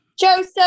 Joseph